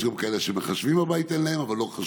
יש כאלה שאין להם מחשבים בבית, אבל לא חשוב.